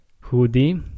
hoodie